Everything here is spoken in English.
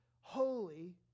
holy